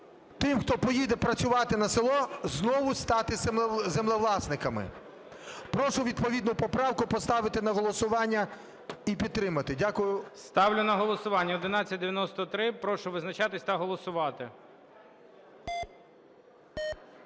тим, хто поїде працювати на село, знову стати землевласниками. Прошу відповідну поправку поставити на голосування і підтримати. Дякую. ГОЛОВУЮЧИЙ. Ставлю на голосування 1193. Прошу визначатися та голосувати.